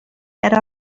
era